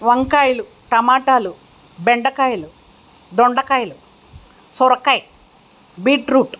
వంకాయలు టమాటాలు బెండకాయలు దొండకాయలు సొరకాయ బీట్రూట్